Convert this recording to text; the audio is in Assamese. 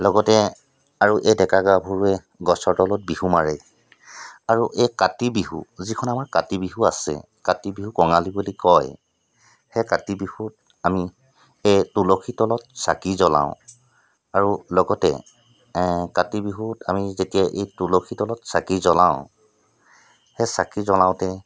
লগতে আৰু এই ডেকা গাভৰুৱে গছৰ তলত বিহু মাৰে আৰু এই কাতি বিহু যিখন আমাৰ কাতি বিহু আছে কাতি বিহু কঙালী বুলি কয় সেই কাতি বিহুত আমি সেই তুলসী তলত চাকি জ্বলাওঁ আৰু লগতে কাতি বিহুত আমি যেতিয়া এই তুলসী তলত চাকি জ্বলাওঁ সেই চাকি জ্বলাওঁতে